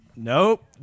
Nope